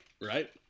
right